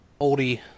oldie